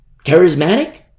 Charismatic